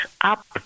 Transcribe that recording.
up